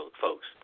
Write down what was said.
folks